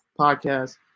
podcast